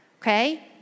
Okay